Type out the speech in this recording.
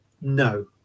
No